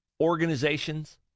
organizations